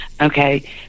Okay